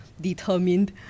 determined